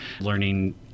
learning